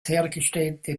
hergestellte